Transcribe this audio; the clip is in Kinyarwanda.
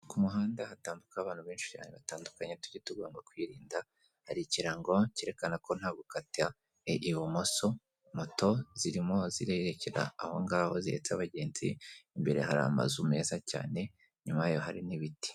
Ku muhanda hatambuka ho abantu benshi cyane batandukanye, tujye tugomba kwirinda. Hari ikirango cyerekana ko nta gukata ibumoso, moto zirimo zirerekera aho ngaho zihetse abagenzi, imbere hari amazu meza cyane inyuma yayo hari n'ibiti.